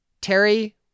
Terry